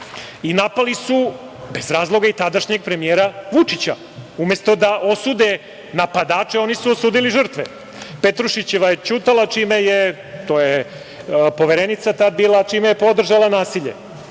Napali su bez razloga i tadašnjeg premijera Vučića. Umesto da osude napadače, oni su osudili žrtve. Petrušićeva je ćutala čime je, to je Poverenica tada bila, podržala nasilje.